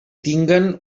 tinguen